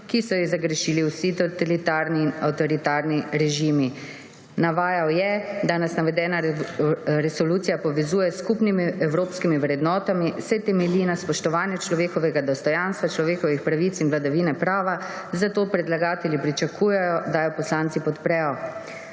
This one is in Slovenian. ki so jih zagrešili vsi totalitarni in avtoritarni režimi. Navajal je, da nas navedena resolucija povezuje s skupnimi evropskimi vrednotami, saj temelji na spoštovanju človekovega dostojanstva, človekovih pravic in vladavine prava, zato predlagatelji pričakujejo, da jo poslanci podprejo.